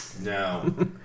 No